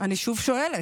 אני שוב שואלת: